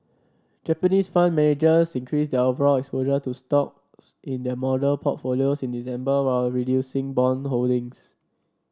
Japanese fund managers increased their overall exposure to stocks in their model portfolios in December while reducing bond holdings